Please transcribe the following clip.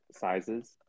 sizes